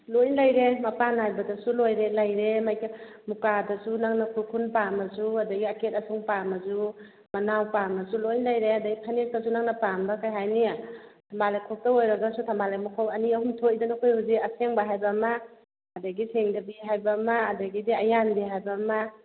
ꯂꯣꯏ ꯂꯩꯔꯦ ꯃꯄꯥꯟ ꯅꯥꯏꯕꯗꯁꯨ ꯂꯣꯏꯔꯦ ꯂꯩꯔꯦ ꯃꯨꯀꯥꯗꯁꯨ ꯅꯪꯅ ꯈꯨꯔꯈꯨꯜ ꯄꯥꯝꯃꯁꯨ ꯑꯗꯩ ꯑꯈꯦꯠ ꯑꯄꯧ ꯄꯥꯝꯃꯁꯨ ꯃꯅꯥꯎ ꯄꯥꯝꯃꯁꯨ ꯂꯣꯏ ꯂꯩꯔꯦ ꯑꯗꯩ ꯐꯅꯦꯛꯇꯁꯨ ꯅꯪꯅ ꯄꯥꯝꯕ ꯀꯩ ꯍꯥꯏꯅꯤ ꯊꯝꯕꯥꯜ ꯂꯩꯈꯣꯛꯇ ꯑꯣꯏꯔꯒꯁꯨ ꯊꯝꯕꯥꯜꯂꯩ ꯃꯈꯣꯛ ꯑꯅꯤ ꯑꯍꯨꯝ ꯊꯣꯛꯏꯗꯅ ꯀꯣꯜꯒꯤ ꯑꯁꯦꯡꯕ ꯍꯥꯏꯕ ꯑꯃ ꯑꯗꯒꯤ ꯁꯦꯡꯗꯕꯤ ꯍꯥꯏꯕ ꯑꯃ ꯑꯗꯒꯤꯗꯤ ꯑꯌꯥꯟꯕꯤ ꯍꯥꯏꯕ ꯑꯃ